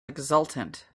exultant